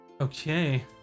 Okay